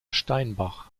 steinbach